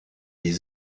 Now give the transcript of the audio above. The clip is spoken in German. die